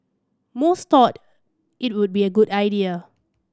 most thought it would be a good idea